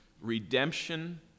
redemption